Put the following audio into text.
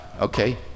okay